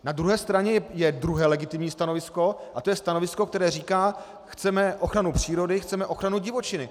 Na druhé straně je druhé legitimní stanovisko, a to je stanovisko, které říká: chceme ochranu přírody, chceme ochranu divočiny.